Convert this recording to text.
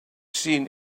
seen